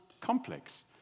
complex